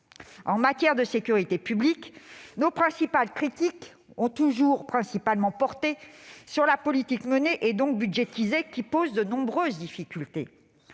En matière de sécurité publique, nos principales critiques ont toujours principalement porté sur la politique menée, donc budgétisée, qui pose de nombreuses difficultés.